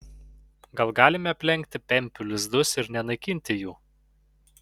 gal galime aplenkti pempių lizdus ir nenaikinti jų